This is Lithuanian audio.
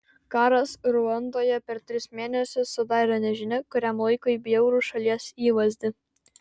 karas ruandoje per tris mėnesius sudarė nežinia kuriam laikui bjaurų šalies įvaizdį